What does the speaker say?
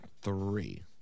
Three